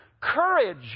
Courage